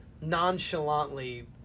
nonchalantly